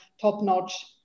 top-notch